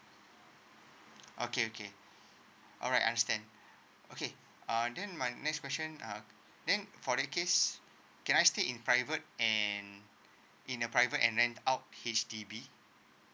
okay okay alright understand okay uh then my next question uh then for that case can I stay in private and in a private and then out H_D_B